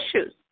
issues